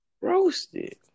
roasted